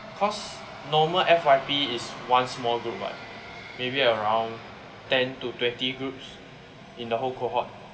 cause normal F_Y_P is one small group [what] maybe around ten to twenty groups in the whole cohort